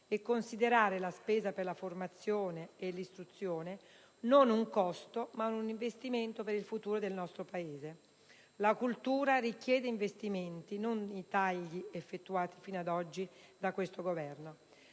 e considerare la spesa per la formazione e l'istruzione non un costo, ma un investimento per il futuro del nostro Paese. La cultura richiede investimenti, non i tagli effettuati fino ad oggi da questo Governo.